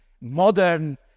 modern